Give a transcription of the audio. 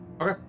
Okay